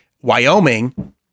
Wyoming